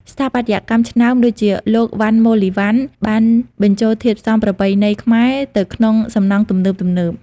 ស្ថាបត្យករឆ្នើមដូចជាលោក វណ្ណ ម៉ូលីវណ្ណ បានបញ្ចូលធាតុផ្សំប្រពៃណីខ្មែរទៅក្នុងសំណង់ទំនើបៗ។